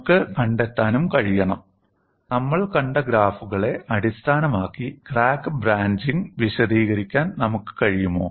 നമുക്ക് കണ്ടെത്താനും കഴിയണം നമ്മൾ കണ്ട ഗ്രാഫുകളെ അടിസ്ഥാനമാക്കി ക്രാക്ക് ബ്രാഞ്ചിംഗ് വിശദീകരിക്കാൻ നമുക്ക് കഴിയുമോ